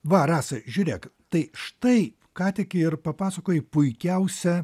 va rasa žiūrėk tai štai ką tik ir papasakojai puikiausią